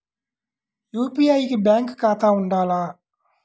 UPI కి bank ఖాతా ఉండాల?